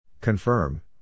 Confirm